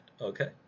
Okay